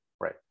Right